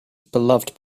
beloved